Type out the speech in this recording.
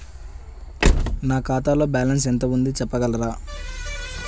నా ఖాతాలో బ్యాలన్స్ ఎంత ఉంది చెప్పగలరా?